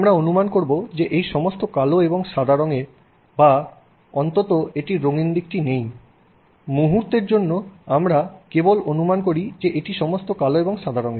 আমরা অনুমান করব যে এই সমস্তটি কালো এবং সাদা রঙের বা অন্তত এটির রঙিন দিকটি নেই মুহুর্তের জন্য আমরা কেবল অনুমান করি যে এটি সমস্ত কালো এবং সাদা রঙের